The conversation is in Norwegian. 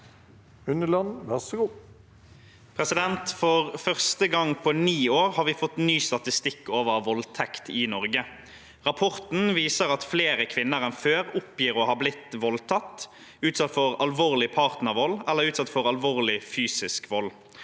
Unneland (SV) «For førs- te gang på ni år har vi fått ny statistikk over voldtekt i Norge. Rapporten viser at flere kvinner enn før oppgir å ha blitt voldtatt, utsatt for alvorlig partnervold eller utsatt for alvorlig fysisk vold.